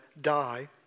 die